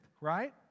right